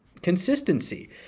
consistency